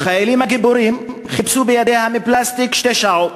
והחיילים הגיבורים חיפשו בידי הפלסטיק שתי שעות.